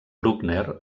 bruckner